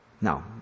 Now